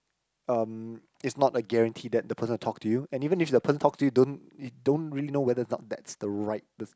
um it's not a guarantee that the person will talk to you and even if the person talks to you don't you don't really know whether not that's the right the